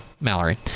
Mallory